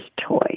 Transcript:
toy